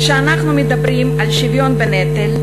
כשאנחנו מדברים על שוויון בנטל,